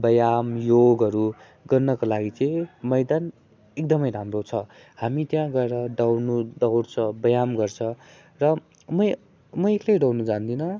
व्यायाम योगहरू गर्नका लागि चाहिँ मैदान एकदमै राम्रो छ हामी त्यहाँ गएर दौड्नु दौगुर्छ वा व्यायाम गर्छ र मै म एक्लै दौड्न जाँदिनँ